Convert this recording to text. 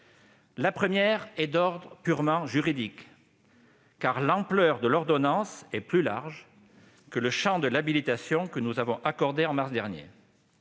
La première est d'ordre purement juridique : l'ampleur de l'ordonnance est plus large que le champ de l'habilitation accordée en mars dernier.